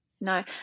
No